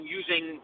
using